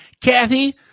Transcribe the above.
Kathy